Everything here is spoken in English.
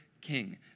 king